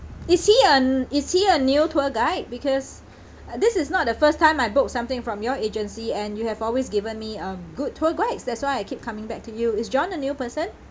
is he a is he a new tour guide because uh this is not the first time I book something from your agency and you have always given me um good tour guides that's why I keep coming back to you is john a new person